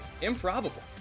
improbable